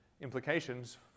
implications